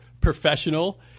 professional